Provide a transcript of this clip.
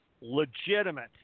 legitimate